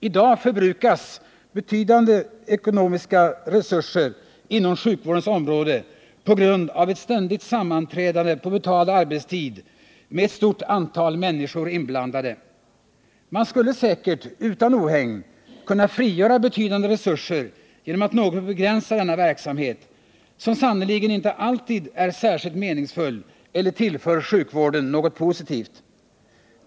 I dag förbrukas betydande ekonomiska resurser inom sjukvårdens område på ett ständigt sammanträdande på betald arbetstid med ett stort antal människor inblandade. Man skulle säkert utan ohägn kunna frigöra betydande resurser genom att något begränsa denna verksamhet, som sannerligen inte alltid är särskilt meningsfull eller tillför sjukvården något positivt.